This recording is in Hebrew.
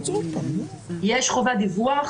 יש חובת דיווח,